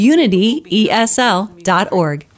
Unityesl.org